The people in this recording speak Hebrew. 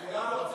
הנה,